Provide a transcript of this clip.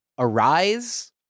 arise